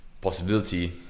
possibility